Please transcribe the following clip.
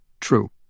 True